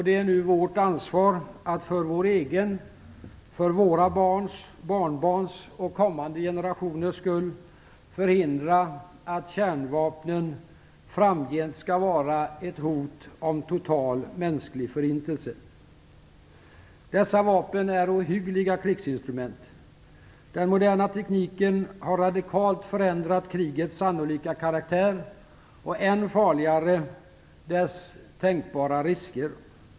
Det är nu vårt ansvar att för vår egen, för våra barns och barnbarns samt för kommande generationers skull förhindra att kärnvapnen framgent skall vara ett hot om total mänsklig förintelse. Dessa vapen är ohyggliga krigsinstrument. Den moderna tekniken har radikalt förändrat krigets sannolika karaktär och - än farligare - dess potentiella risker.